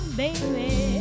baby